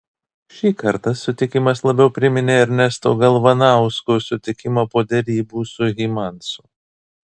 šį kartą sutikimas labiau priminė ernesto galvanausko sutikimą po derybų su hymansu